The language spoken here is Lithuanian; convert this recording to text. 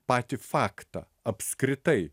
patį faktą apskritai